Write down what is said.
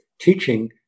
teaching